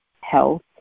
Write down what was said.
health